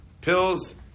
Pills